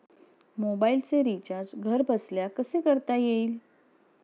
मोबाइलचे रिचार्ज घरबसल्या कसे करता येईल?